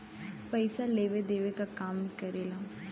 पइसा लेवे देवे क काम करेला